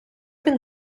він